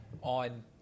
On